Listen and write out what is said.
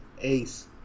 Ace